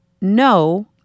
no